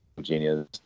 genius